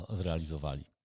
zrealizowali